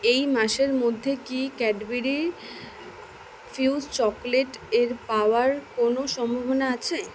এই মাসের মধ্যে কি ক্যাডবেরি ফিউজ চকলেট এর পাওয়ার কোনো সম্ভাবনা আছে